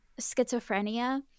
schizophrenia